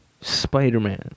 spider-man